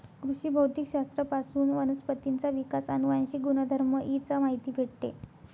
कृषी भौतिक शास्त्र पासून वनस्पतींचा विकास, अनुवांशिक गुणधर्म इ चा माहिती भेटते